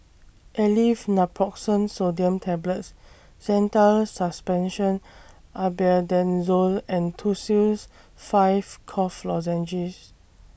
Aleve Naproxen Sodium Tablets Zental Suspension Albendazole and Tussils five Cough Lozenges